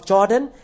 Jordan